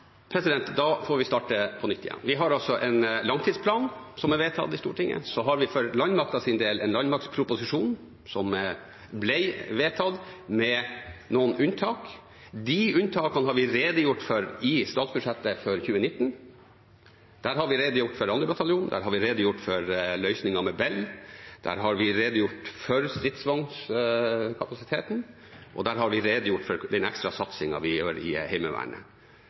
Da får vi starte på nytt igjen. Vi har altså en langtidsplan som er vedtatt i Stortinget. Så har vi for landmaktens del en landmaktproposisjon som ble vedtatt, med noen unntak. De unntakene har vi redegjort for i statsbudsjettet for 2019. Der har vi redegjort for 2. bataljon, der har vi redegjort for løsningen med Bell, der har vi redegjort for stridsvognkapasiteten, og der har vi redegjort for den ekstra satsingen vi gjør i Heimevernet.